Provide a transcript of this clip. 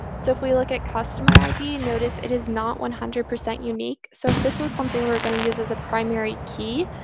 so if we look at customer id, notice it is not one hundred percent unique. so if this was something we were going to use as a primary key,